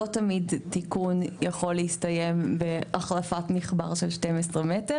לא תמיד תיקון יכול להסתיים בהחלפת מחבר של 12 מטרים,